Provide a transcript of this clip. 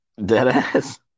Deadass